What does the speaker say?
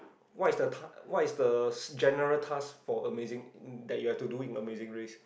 what is the task what is the general task for amazing that you have to do in amazing race